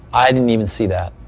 i didn't even see that.